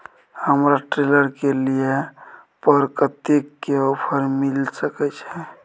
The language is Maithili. हमरा ट्रेलर के लिए पर कतेक के ऑफर मिलय सके छै?